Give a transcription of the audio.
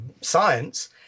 science